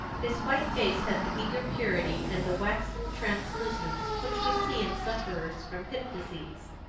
his white face had the eager purity and the waxen translucence which we see in sufferers from hip-disease.